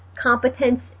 competence